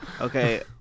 Okay